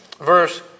verse